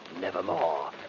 nevermore